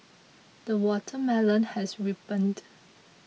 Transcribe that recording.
the watermelon has ripened